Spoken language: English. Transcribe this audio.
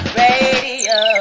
radio